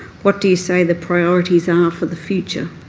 what do you say the priorities are for the future?